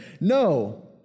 No